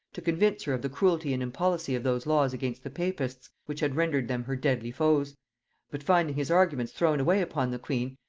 to convince her of the cruelty and impolicy of those laws against the papists which had rendered them her deadly foes but finding his arguments thrown away upon the queen,